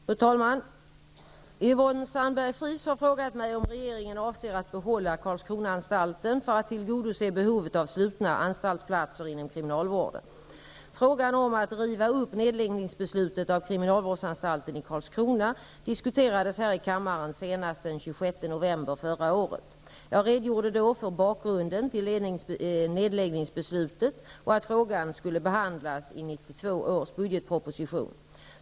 Fru talman! Yvonne Sandberg-Fries har frågat mig om regeringen avser att behålla Frågan om att riva upp nedläggningsbeslutet av kriminalvårdsanstalten i Karlskrona diskuterades här i kammaren senast den 26 november förra året. Jag redogjorde då för bakgrunden till nedläggningsbeslutet och att frågan skulle behandlas i 1992 års budgetproposition.